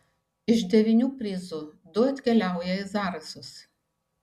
iš devynių prizų du atkeliauja į zarasus